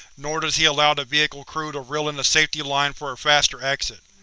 nor does he allow the vehicle crew to reel in the safety line for a faster exit.